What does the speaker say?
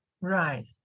Right